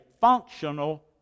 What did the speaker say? functional